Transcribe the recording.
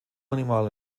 animal